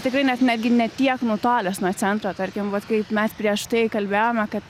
tikrai net netgi ne tiek nutolęs nuo centro tarkim vat kaip mes prieš tai kalbėjome kad